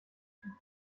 fina